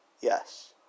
Yes